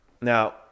Now